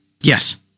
yes